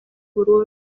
burundu